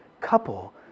couple